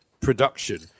production